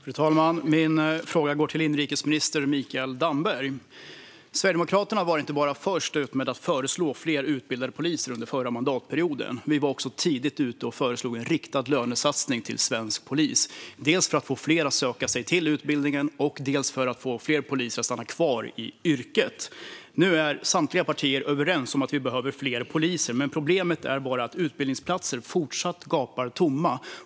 Fru talman! Min fråga går till inrikesminister Mikael Damberg. Sverigedemokraterna var inte bara först med att föreslå fler utbildade poliser under förra mandatperioden. Vi föreslog också tidigt en riktad lönesatsning till svensk polis, dels för att få fler att söka sig till utbildningen, dels för att få fler poliser att stanna kvar i yrket. Nu är samtliga partier överens om att vi behöver fler poliser, men problemet är att utbildningsplatser fortfarande gapar tomma.